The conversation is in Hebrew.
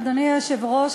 אדוני היושב-ראש,